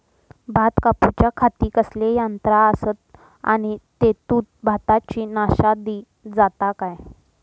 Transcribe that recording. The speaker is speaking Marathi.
भात कापूच्या खाती कसले यांत्रा आसत आणि तेतुत भाताची नाशादी जाता काय?